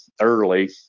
early